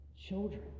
children